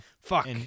Fuck